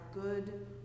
good